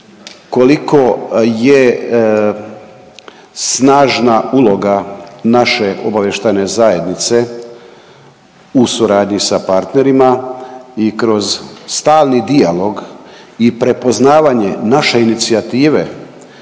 koliko je snažna uloga naše obavještajne zajednice u suradnji sa partnerima i kroz stalni dijalog i prepoznavanje naše inicijative